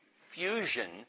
fusion